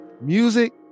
music